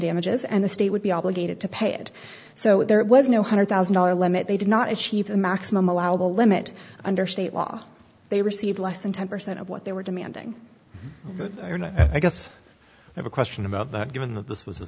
damages and the state would be obligated to pay it so there was no one hundred thousand dollars limit they did not achieve the maximum allowable limit under state law they received less than ten percent of what they were demanding and i guess a question about that given that this was a